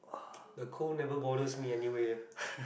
the cold never bothered me anyway